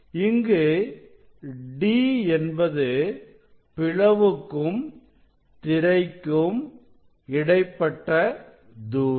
இங்கே D என்பது பிளவுக்கும் திரைக்கும் இடைப்பட்ட தூரம்